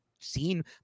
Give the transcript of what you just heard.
seen